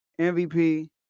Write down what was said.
MVP